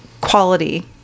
quality